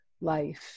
life